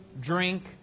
drink